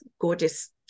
gorgeous